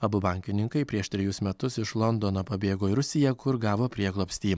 abu bankininkai prieš trejus metus iš londono pabėgo į rusiją kur gavo prieglobstį